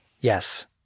Yes